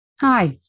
Hi